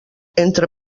entre